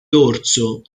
dorso